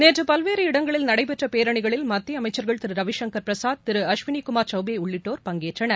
நேற்று பல்வேறு இடங்களில் நடைபெற்ற பேரணிகளில் மத்திய அமைச்சர்கள் திரு ரவிசங்கர் பிரசாத் திரு அஸ்வினி குமார் சவ்பே உள்ளிட்டோர் பங்கேற்றனர்